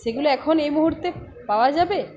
সেগুলো এখন এই মুহুর্তে পাওয়া যাবে